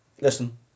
Listen